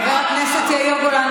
חבר הכנסת יאיר גולן,